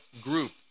group